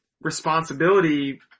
responsibility